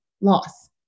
loss